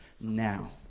now